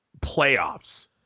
playoffs